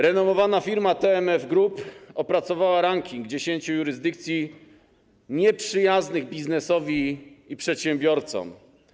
Renomowana firma TMF Group opracowała ranking 10 jurysdykcji nieprzyjaznych biznesowi i przedsiębiorcom.